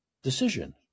Decision